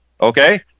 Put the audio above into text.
Okay